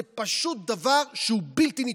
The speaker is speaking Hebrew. זה פשוט דבר שהוא בלתי נתפס.